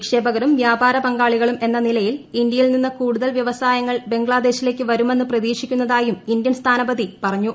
നിക്ഷേപകരും വ്യാപാര പങ്കാളികളും എന്ന നിലയിൽ ഇന്ത്യയിൽ നിന്ന് കൂടുതൽ വൃവസായങ്ങൾ ബംഗ്ലാദേശിലേക്ക് വരുമെന്ന് പ്രതീക്ഷിക്കുന്നതായും ഇന്ത്യൻ സ്ഥാനപതി പറഞ്ഞു